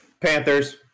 Panthers